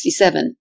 1967